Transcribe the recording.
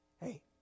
Hey